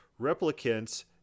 Replicants